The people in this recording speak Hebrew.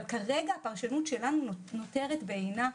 אבל כרגע הפרשנות שלנו נותרת בעינה.